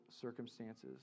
circumstances